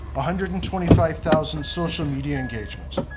hundred and twenty five thousand social media engagements.